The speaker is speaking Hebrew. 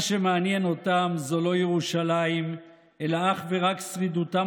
מה שמעניין אותם זה לא ירושלים אלא אך ורק שרידותם